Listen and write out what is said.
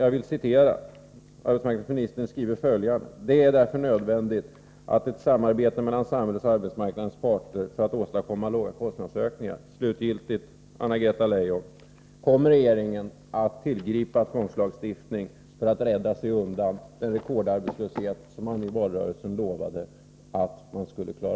Arbetsmarknadsministern säger: ”Det är därför nödvändigt med ett samarbete mellan samhället och arbetsmarknadens parter för att åstadkomma så låga kostnadsökningar ———.”